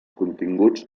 continguts